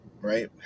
Right